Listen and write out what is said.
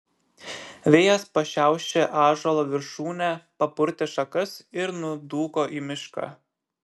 vėjas pašiaušė ąžuolo viršūnę papurtė šakas ir nudūko į mišką